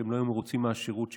שלא היו מרוצים מהשירות שקיבלו.